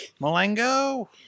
Malengo